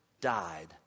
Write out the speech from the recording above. died